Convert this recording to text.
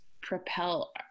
propel